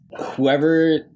whoever